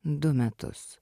du metus